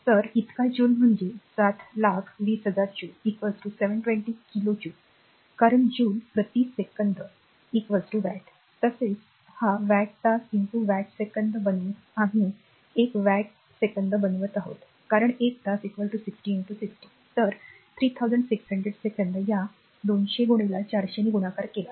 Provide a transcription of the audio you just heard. तर इतका जूल म्हणजे 720000 जूल 720 किलो जूलकारण जूल प्रति सेकंद वॅट तसेच हा वॅट तास वॅट सेकंद बनवून आम्ही हा एक वॅट सेकंद बनवत आहोत कारण एक तास 60 60 तर 3600 सेकंद या 200 400 ने गुणाकार केला